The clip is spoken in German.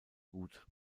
gut